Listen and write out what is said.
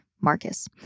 Marcus